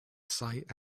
sight